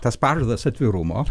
tas pažadas atvirumo